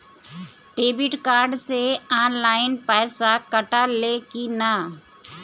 Debit card से online पैसा कटा ले कि ना?